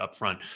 upfront